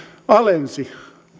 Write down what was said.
alensi